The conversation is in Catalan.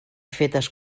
fetes